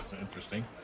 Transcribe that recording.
Interesting